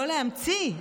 לא להמציא.